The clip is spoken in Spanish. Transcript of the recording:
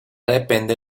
depende